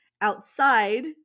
outside